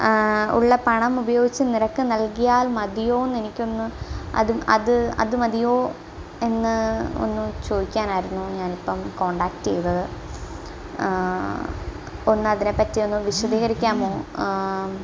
ഉള്ള പണം ഉപയോഗിച്ച് നിനക്ക് നല്കിയാൽ മതിയോയെന്ന് എനിക്കൊന്ന് അത് അത് മതിയോ എന്ന് ഒന്ന് ചോദിക്കാനായിരുന്നു ഞാനിപ്പം കോണ്ടാക്റ്റ് ചെയ്തത് ഒന്നതിനെപ്പറ്റി ഒന്ന് വിശദീകരിക്കാമോ